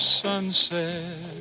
sunset